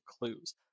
clues